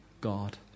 God